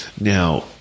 Now